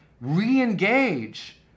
re-engage